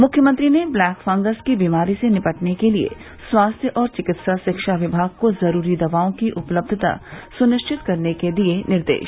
मुख्यमंत्री ने black fungus की बीमारी से निपटने के लिए स्वास्थ्य और चिकित्सा शिक्षा विभाग को जरूरी दवाओं की उपलब्धता सुनिश्चित करने के दिये निर्देश